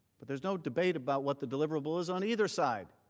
but there is no debate about what the deliverable is on either side.